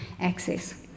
access